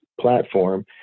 platform